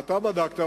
אתה בדקת,